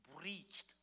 breached